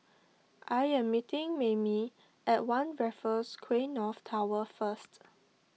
I am meeting Maymie at one Raffles Quay North Tower first